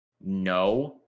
No